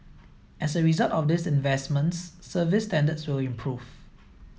as a result of these investments service standards will improve